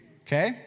okay